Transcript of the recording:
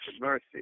mercy